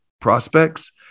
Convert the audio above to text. prospects